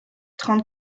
trente